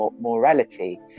morality